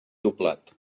doblat